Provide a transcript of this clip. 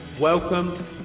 Welcome